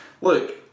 Look